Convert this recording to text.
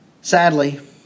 Sadly